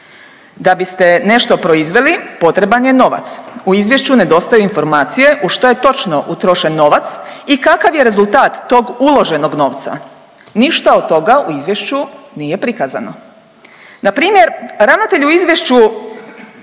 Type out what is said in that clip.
Da biste nešto proizveli potreban je novac, u izvješću nedostaju informacije u što je točno utrošen novac i kakav je rezultat tog uloženog novca. Ništa od toga u izvješću nije prikazano. Npr. ravnatelj u izvješću